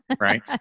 right